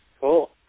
Cool